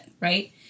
right